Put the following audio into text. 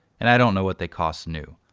and i don't know what they cost new.